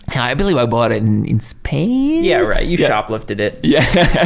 and i believe i bought it in spain. yeah, right. you shoplifted it. yeah,